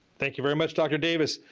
thank you very much dr. davis.